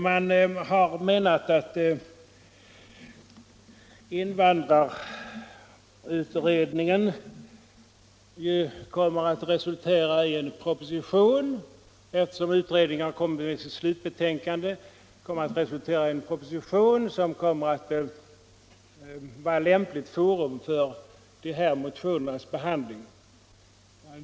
Man menar att invandrarutredningen som har kommit med sitt slutbetänkande kommer att resultera i en proposition. I samband därmed är det lämpligt att dessa motioner behandlas.